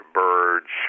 birds